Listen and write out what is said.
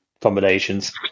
combinations